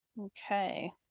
okay